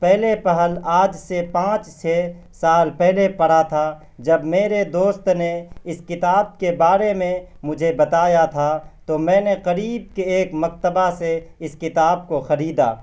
پہلے پہل آج سے پانچ چھ سال پہلے پڑھا تھا جب میرے دوست نے اس کتاب کے بارے میں مجھے بتایا تھا تو میں نے قریب کے ایک مکتبہ سے اس کتاب کو خریدا